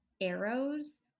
arrows